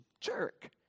jerk